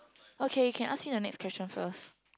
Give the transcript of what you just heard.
okay can ask me the next question first